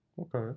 okay